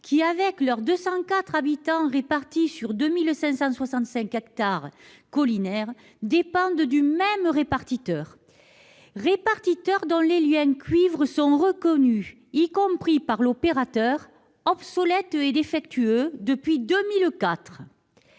qui, avec leurs 204 habitants répartis sur 2 565 hectares collinaires, dépendent du même répartiteur, répartiteur dont les liens cuivre sont reconnus, y compris par l'opérateur, obsolètes et défectueux depuis 2004.